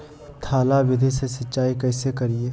थाला विधि से सिंचाई कैसे करीये?